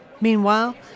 Meanwhile